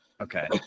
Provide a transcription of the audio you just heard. Okay